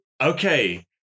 Okay